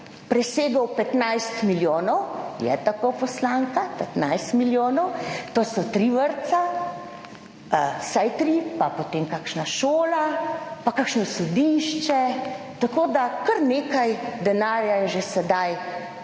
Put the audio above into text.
presegel 15 milijonov - je tako, poslanka? 15 milijonov, to so trije vrtci, vsaj trije, pa potem kakšna šola, pa kakšno sodišče… Tako je kar nekaj denarja že sedaj